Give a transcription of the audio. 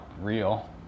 real